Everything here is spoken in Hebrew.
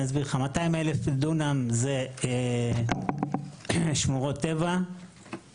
אני אסביר: 200,000 דונמים משטח המועצה מוקצים לשמורות טבע מוכרזות,